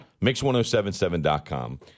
mix1077.com